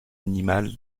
animal